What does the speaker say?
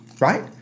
Right